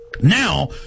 Now